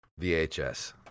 VHS